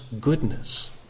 goodness